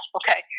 okay